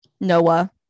noah